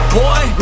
boy